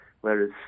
whereas